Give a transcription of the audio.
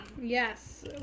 Yes